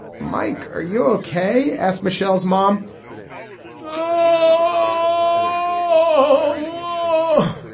mike, are you okay? asked michelle's mom oh,